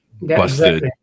Busted